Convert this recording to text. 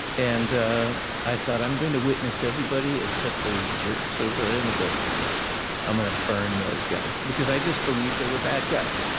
and i thought, i'm going to witness everybody except those jerks over there in the border patrol i'm gonna burn those guys. because i just believed they were bad guys.